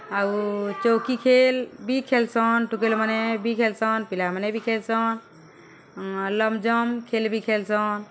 ଆଉ ଚୌକି ଖେଲ୍ ବି ଖେଲ୍ସନ୍ ଟୁକେଲ୍ମାନେ ବି ଖେଲ୍ସନ୍ ପିଲାମାନେ ବି ଖେଲ୍ସନ୍ ଲଙ୍ଗ୍ ଜମ୍ପ୍ ଖେଲ୍ ବି ଖେଲ୍ସନ୍